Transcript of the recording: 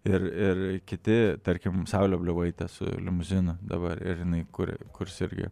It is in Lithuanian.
ir ir kiti tarkim saulė bliuvaitė su limuzinu dabar ir jinai kuria kurs irgi